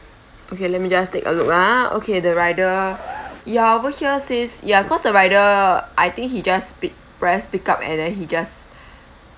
okay let me just take a look ah okay the rider ya over here says ya cause the rider I think he just p~ press pick up and then he just